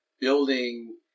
building